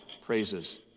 praises